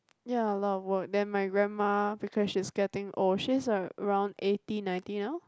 ya a lot of work then my grandma because she's getting old she's around eighty ninety now